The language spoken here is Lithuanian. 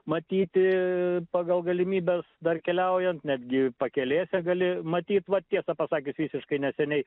matyti pagal galimybes dar keliaujant netgi pakelėse gali matyt va tiesą pasakius visiškai neseniai